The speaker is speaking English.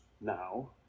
now